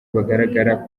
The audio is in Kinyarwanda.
bagaragara